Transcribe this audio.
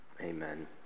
Amen